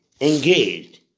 engaged